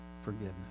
forgiveness